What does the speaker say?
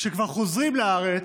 כשכבר חוזרים לארץ,